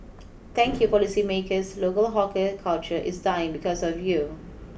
thank you policymakers local hawker culture is dying because of you